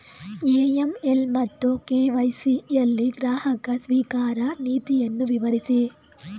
AML ಮತ್ತು KYC ಯಲ್ಲಿ ಗ್ರಾಹಕ ಸ್ವೀಕಾರ ನೀತಿಯನ್ನು ವಿವರಿಸಿ?